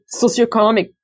socioeconomic